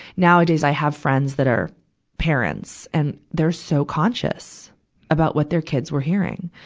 nowadays, i have friends that are parents, and they're so conscious about what their kids were hearing.